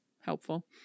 helpful